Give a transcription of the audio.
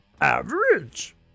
Average